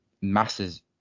masses